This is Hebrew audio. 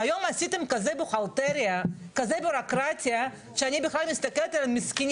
היו עשיתם כזו בירוקרטיה שאני מסתכלת על המסכנים